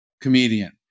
comedian